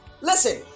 Listen